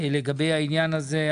לגבי העניין הזה,